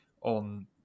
on